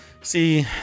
See